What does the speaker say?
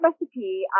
recipe